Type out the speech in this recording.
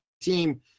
team